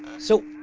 so,